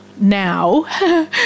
now